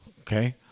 Okay